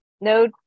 No